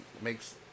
makes